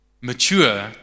mature